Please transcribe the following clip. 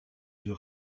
deux